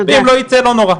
אם לא ייצא, לא נורא.